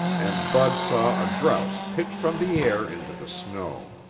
and bud saw a grouse pitch from the air into the snow.